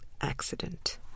accident